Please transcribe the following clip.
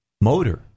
motor